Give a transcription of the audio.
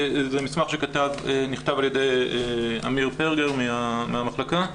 זה מסמך שנכתב על ידי אמיר פרגר מהמחלקה.